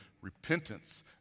repentance